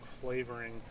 flavoring